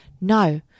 No